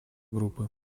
группы